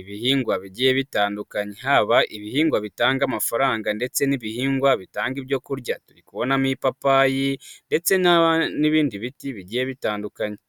ibihingwa bigiye bitandukanye, haba ibihingwa bitanga amafaranga ndetse n'ibihingwa bitanga ibyo kurya, turikubonamo ipapayi ndetse n'ibindi biti bigiye bitandukanye.